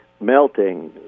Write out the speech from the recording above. melting